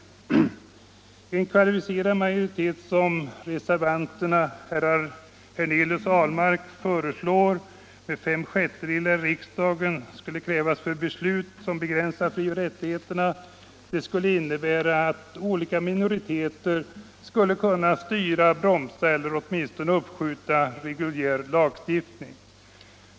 Den kvalificerade majoritet som reservanterna herrar Hernelius och Ahlmark föreslår — fem sjättedelar av rösterna i riksdagen skulle krävas för beslut som begränsar frioch rättigheterna — skulle innebära att olika minoriteter kunde styra, bromsa eller åtminstone uppskjuta reguljär lagstiftning.